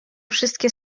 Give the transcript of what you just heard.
wszystkie